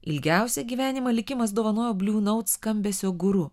ilgiausią gyvenimą likimas dovanojo bliu naut skambesio guru